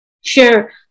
Sure